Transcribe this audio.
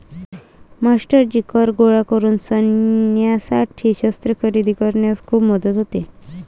मास्टरजी कर गोळा करून सैन्यासाठी शस्त्रे खरेदी करण्यात खूप मदत होते